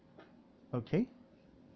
okay